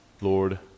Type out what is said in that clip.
Lord